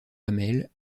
hamel